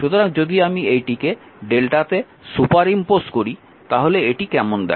সুতরাং যদি আমি এটিকে এই Δতে সুপারইমপোজ করি তাহলে এটি কেমন দেখায়